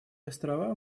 острова